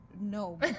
No